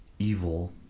evil